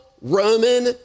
Roman